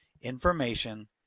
information